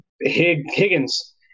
Higgins